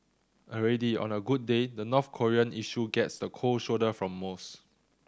already on a good day the North Korean issue gets the cold shoulder from most